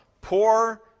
poor